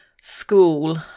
school